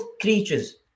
creatures